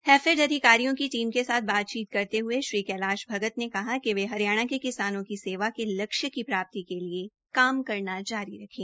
हैफेड अधिकारियों की टीम के साथ बातचीत करते हये श्री कैलाख भगत ने कहा कि वे हरियाणा के किसानों की सेवा के लक्ष्य की प्राप्ति के लिए काम करना जारी रखें